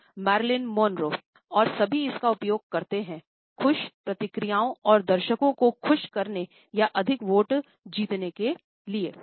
और सभी इसका उपयोग करते हैं खुश प्रतिक्रियाओं और दर्शकों को खुश करने या अधिक वोट जीतने के लिए